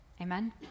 Amen